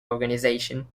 organization